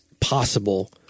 possible